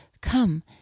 Come